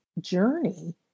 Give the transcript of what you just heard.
journey